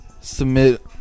submit